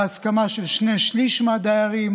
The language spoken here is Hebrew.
בהסכמה של שני שלישים מהדיירים.